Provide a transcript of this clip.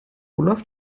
olaf